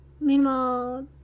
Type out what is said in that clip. meanwhile